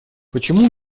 почему